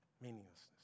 meaninglessness